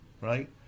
right